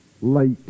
Late